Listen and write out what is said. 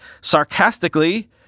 sarcastically